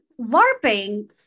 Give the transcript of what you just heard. larping